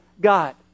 God